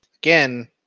Again